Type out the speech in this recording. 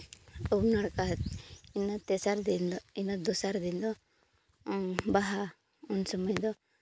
ᱩᱢ ᱱᱟᱲᱠᱟ ᱤᱱᱟᱹ ᱛᱮᱥᱟᱨ ᱫᱤᱱ ᱫᱚ ᱤᱱᱟᱹ ᱫᱚᱥᱟᱨ ᱫᱤᱱ ᱫᱚ ᱵᱟᱦᱟ ᱩᱱ ᱥᱚᱢᱚᱭ ᱫᱚ